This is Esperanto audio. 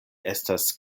estas